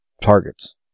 targets